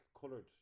coloured